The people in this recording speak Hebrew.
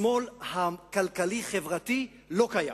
השמאל הכלכלי-חברתי לא קיים.